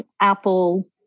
Apple